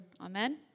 Amen